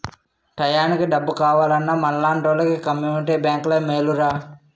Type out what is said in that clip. టయానికి డబ్బు కావాలన్నా మనలాంటోలికి కమ్మునిటీ బేంకులే మేలురా